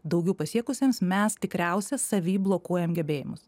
daugiau pasiekusiems mes tikriausiai savy blokuojam gebėjimus